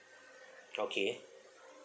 okay